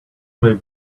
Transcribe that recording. may